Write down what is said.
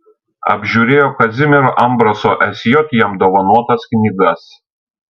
apžiūrėjo kazimiero ambraso sj jam dovanotas knygas